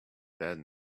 bad